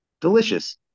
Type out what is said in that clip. Delicious